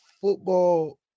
football